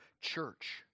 church